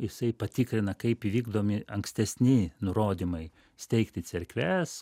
jisai patikrina kaip įvykdomi ankstesni nurodymai steigti cerkves